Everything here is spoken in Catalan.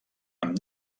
amb